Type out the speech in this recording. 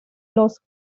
los